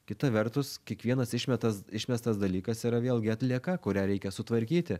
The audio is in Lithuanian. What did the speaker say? kita vertus kiekvienas išmetas išmestas dalykas yra vėlgi atlieka kurią reikia sutvarkyti